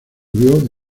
murió